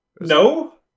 No